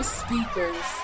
speakers